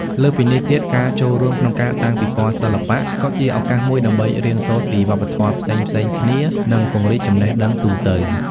លើសពីនេះទៀត ការចូលរួមក្នុងការតាំងពិពណ៌សិល្បៈក៏ជាឱកាសមួយដើម្បីរៀនសូត្រពីវប្បធម៌ផ្សេងៗគ្នា និងពង្រីកចំណេះដឹងទូទៅ។